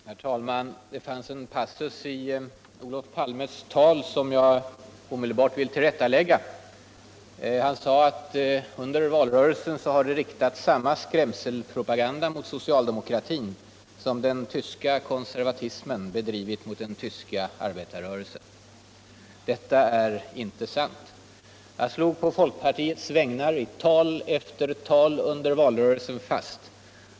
orr talman! Det fanns en passus i Olof Palmes tal som jag edelb: Onsdagen den Herr talman! Det fanns en passus i Olof Palmes tal som jag omedelbart vill tillrättalägga. Han sade i r valrörelsen har det riktals sö d 27 oktober 1976 lllullllrllldl igga. Han sade l%l under l]-lrLISL_n har det riktats slmn-n skrämselpropaganda mot soctaldemokratin som den tyska konservatis Allmänpolitisk men bedrivit mot den tyska arbetarrörelsen. Detua är inte sant. Jag stlog debatt på folkpartiets vägnar i tal efter tal under valrörelsen fast.